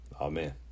Amen